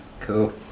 Cool